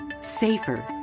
safer